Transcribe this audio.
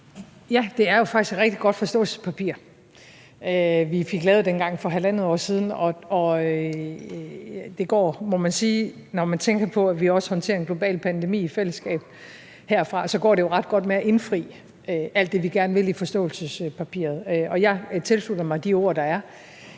Ja, det er jo faktisk et rigtig godt forståelsespapir, vi fik lavet for halvandet år siden, og det går jo, må man sige, når man tænker på, at vi også håndterer en global pandemi i fællesskab herfra, ret godt med at indfri alt det, vi gerne vil i forståelsespapiret. Og jeg tilslutter mig de ord, der er.